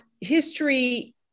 history